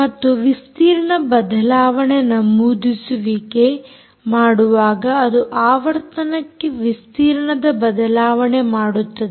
ಮತ್ತು ವಿಸ್ತೀರ್ಣ ಬದಲಾವಣೆ ನಮೂದಿಸುವಿಕೆ ಮಾಡುವಾಗ ಅದು ಆವರ್ತನಕ್ಕೆ ವಿಸ್ತೀರ್ಣದ ಬದಲಾವಣೆ ಮಾಡುತ್ತದೆ